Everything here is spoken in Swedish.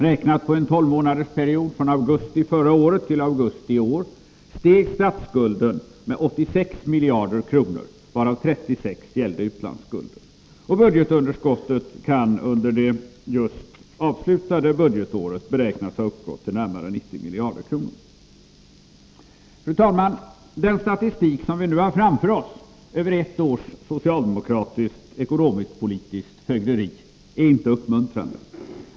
Räknat på en tolvmånadersperiod från augusti förra året till augusti i år steg statsskulden med 86 miljarder kronor, varav 36 miljarder gällde utlandsskulden. Och budgetunderskottet kan under det just avslutade budgetåret beräknas ha uppgått till närmare 90 miljarder kronor. Fru talman! Den statistik som vi nu har framför oss över ett års socialdemokratiskt ekonomisk-politiskt fögderi är inte uppmuntrande.